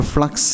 Flux